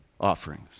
offerings